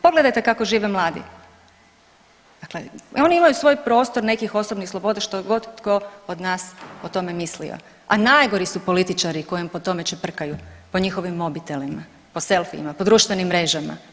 Pogledajte kako žive mladi, dakle oni imaju svoj prostor nekih osobnih sloboda što god tko od nas o tome mislio, a najgori su političari koji im po tome čeprkaju po njihovim mobitelima, po selfijima, po društvenim mrežama.